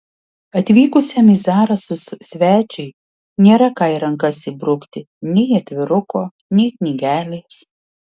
atvykusiam į zarasus svečiui nėra ką į rankas įbrukti nei atviruko nei knygelės